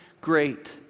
great